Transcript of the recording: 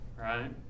Right